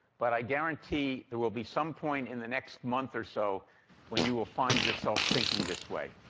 but i guarantee there will be some point in the next month or so when you will find yourself thinking this way,